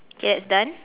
okay that's done